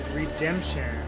redemption